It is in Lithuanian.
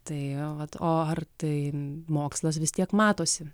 tai vat o ar tai mokslas vis tiek matosi